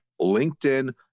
LinkedIn